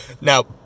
now